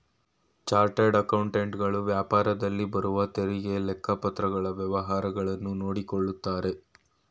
chartered accountant ಗಳು ವ್ಯಾಪಾರದಲ್ಲಿ ಬರುವ ತೆರಿಗೆ, ಲೆಕ್ಕಪತ್ರಗಳ ವ್ಯವಹಾರಗಳನ್ನು ನೋಡಿಕೊಳ್ಳುತ್ತಾರೆ